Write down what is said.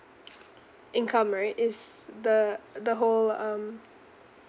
income right is the uh the whole um